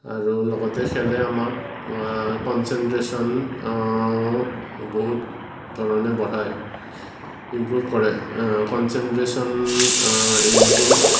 আৰু লগতে খেলে আমাক কনচেনট্ৰেশ্যন বহুত ধৰণে বঢ়ায় ইমপ্ৰোভ কৰে কনচেনট্ৰেশ্যন ইমপ্ৰোভ